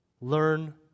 Learn